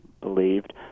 believed